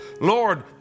Lord